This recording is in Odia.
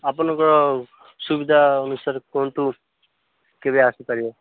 ଆପଣଙ୍କ ସୁବିଧା ଅନୁସାରରେ କୁହନ୍ତୁ କେବେ ଆସିପାରିବେ